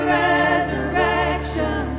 resurrection